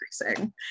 increasing